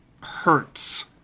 hurts